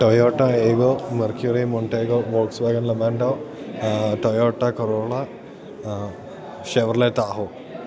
Toyota Aygo Mercury Montego Volkswagen Lamando Toyota Corolla Chevrolet Tahoe